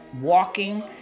walking